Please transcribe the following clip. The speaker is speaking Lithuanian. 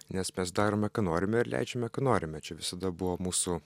nes mes darome ką norime ir leidžiame kad norime čia visada buvo mūsų